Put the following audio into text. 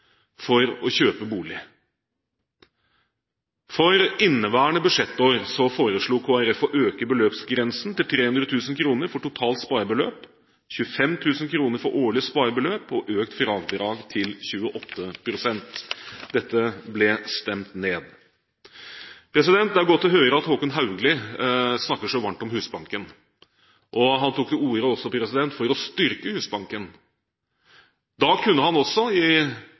for å kjøpe bolig. For inneværende budsjettår foreslo Kristelig Folkeparti å øke beløpsgrensen til 300 000 kr i totalt sparebeløp, med 25 000 kr i årlig sparebeløp og økt fradrag 28 pst. Dette ble stemt ned. Det er godt å høre Håkon Haugli snakke så varmt om Husbanken. Han tok også til orde for å styrke Husbanken. Da kunne han i forbindelse med budsjettbehandlingen i